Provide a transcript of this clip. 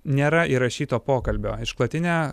nėra įrašyto pokalbio išklotinė